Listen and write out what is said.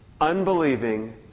unbelieving